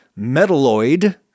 metalloid